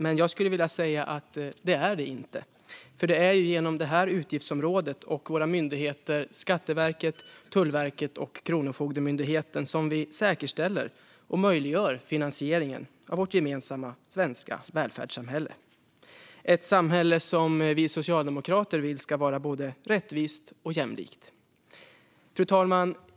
Men jag skulle vilja säga att det inte är det. Det är nämligen genom detta utgiftsområde och våra myndigheter Skatteverket, Tullverket och Kronofogdemyndigheten som vi säkerställer och möjliggör finansieringen av vårt gemensamma svenska välfärdssamhälle, ett samhälle som vi socialdemokrater vill ska vara både rättvist och jämlikt. Fru talman!